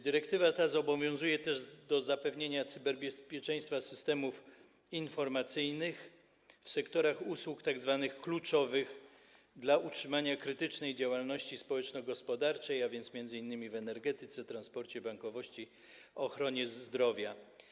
Dyrektywa ta zobowiązuje też do zapewnienia cyberbezpieczeństwa systemów informacyjnych w sektorach usług tzw. kluczowych dla utrzymania krytycznej działalności społeczno-gospodarczej, a więc m.in. w energetyce, transporcie, bankowości, ochronie zdrowia.